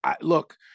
look